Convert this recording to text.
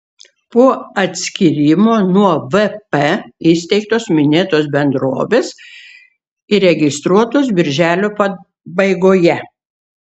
po atskyrimo nuo vp įsteigtos minėtos bendrovės įregistruotos birželio pabaigoje